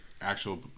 actual